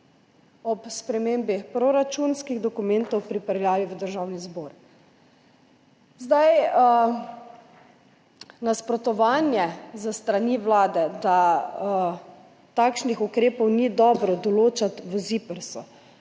ob spremembi proračunskih dokumentov pripeljali v Državni zbor. Nasprotovanje s strani Vlade, da takšnih ukrepov ni dobro določiti v Ziprsu